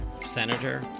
Senator